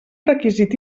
requisit